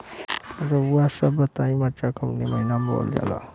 रउआ सभ बताई मरचा कवने महीना में बोवल जाला?